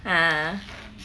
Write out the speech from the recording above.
!huh!